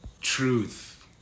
truth